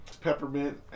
peppermint